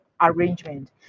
arrangement